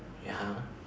ya ah